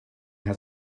has